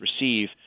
receive